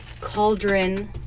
cauldron